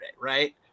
Right